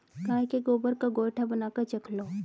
गाय के गोबर का गोएठा बनाकर रख लो